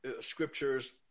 scriptures